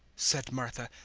said martha,